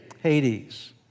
Hades